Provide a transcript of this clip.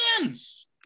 hands